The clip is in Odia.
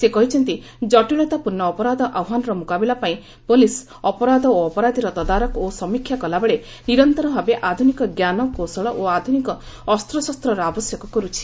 ସେ କହିଛନ୍ତି କଟିଳତାପୂର୍ଣ୍ଣ ଅପରାଧ ଆହ୍ୱାନର ମୁକାବିଲା ପାଇଁ ପୁଲିସ୍ ଅପରାଧ ଓ ଅପରାଧିର ତଦାରଖ ଓ ସମୀକ୍ଷା କଲାବେଳେ ନିରନ୍ତର ଭାବେ ଆଧୁନିକଜ୍ଞାନ କୌଶଳ ଓ ଆଧୁନିକ ଅସ୍ତ୍ରଶସ୍ତ୍ରର ଆବଶ୍ୟକ କରୁଛି